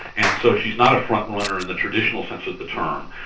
and so she's not a front-runner in the traditional sense of the term.